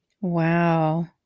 Wow